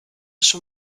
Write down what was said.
schon